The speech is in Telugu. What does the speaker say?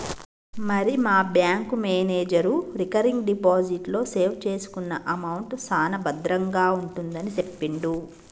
మరి మా బ్యాంకు మేనేజరు రికరింగ్ డిపాజిట్ లో సేవ్ చేసుకున్న అమౌంట్ సాన భద్రంగా ఉంటుందని సెప్పిండు